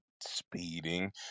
speeding